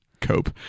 cope